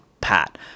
pat